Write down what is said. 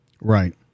Right